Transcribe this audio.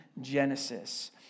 Genesis